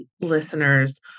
listeners